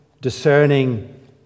discerning